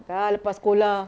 sudah lepas sekolah